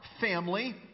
family